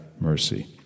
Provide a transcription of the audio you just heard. mercy